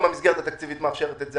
אם המסגרת התקציבית מאפשרת את זה,